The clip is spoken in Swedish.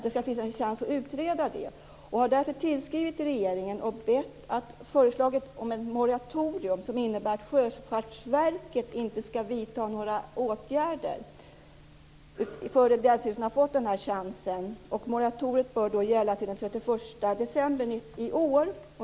Därför har man tillskrivit regeringen och föreslagit ett moratorium som innebär att Sjöfartsverket inte skall vidta några åtgärder förrän länsstyrelsen har fått den här chansen. Moratoriet bör gälla till den 31 december i år.